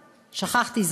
שכחתי,